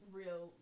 real